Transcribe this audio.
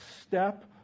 step